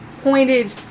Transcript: pointed